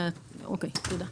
(שקף: מדדי ריכוזיות).